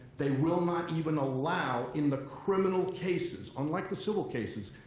they will not even allow in the criminal cases, unlike the civil cases,